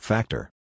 Factor